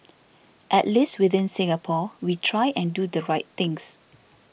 at least within Singapore we try and do the right things